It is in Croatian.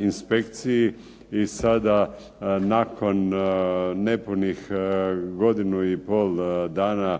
inspekciji i sada nakon nepunih godinu i pol dana